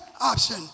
option